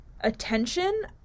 attention